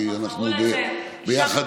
כי אנחנו ביחד,